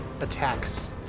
attacks